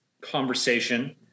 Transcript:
conversation